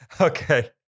okay